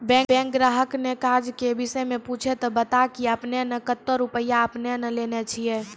Bank ग्राहक ने काज के विषय मे पुछे ते बता की आपने ने कतो रुपिया आपने ने लेने छिए?